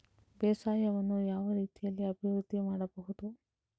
ಬೇಸಾಯವನ್ನು ಯಾವ ರೀತಿಯಲ್ಲಿ ಅಭಿವೃದ್ಧಿ ಮಾಡಬಹುದು?